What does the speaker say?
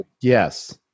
yes